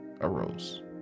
arose